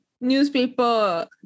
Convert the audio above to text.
Newspaper